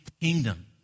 kingdom